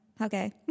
okay